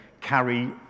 carry